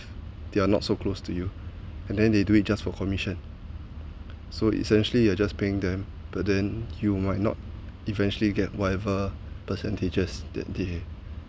they are not so close to you and then they do it just for commission so essentially you're just paying them but then you might not eventually get whatever percentages that they have